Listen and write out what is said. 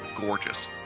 gorgeous